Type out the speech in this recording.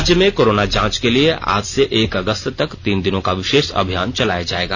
राज्य में कोरोना जांच के लिए आज से एक अगस्त तक तीन दिनों का विशेष अभियान चलाया जाएगा